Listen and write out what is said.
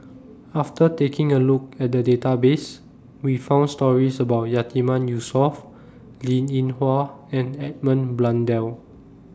after taking A Look At The Database We found stories about Yatiman Yusof Linn in Hua and Edmund Blundell